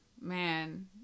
man